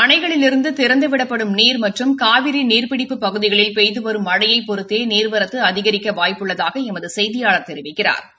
அணைகளிலிருந்து திறந்துவிடப்படும் நீர் மற்றும் காவிரி நீர்பிடிப்புப் பகுதிகளில் பெய்து வரும் மழையை பொறுத்தே நீர்வரத்து அதிகரிக்க வாய்ப்பு உள்ளதாக எமது செய்தியாளா தெரிவிக்கிறாா்